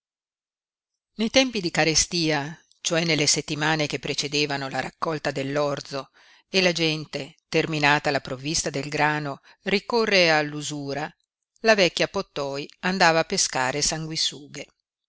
nei tempi di carestia cioè nelle settimane che precedevano la raccolta dell'orzo e la gente terminata la provvista del grano ricorre all'usura la vecchia pottoi andava a pescare sanguisughe